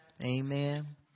Amen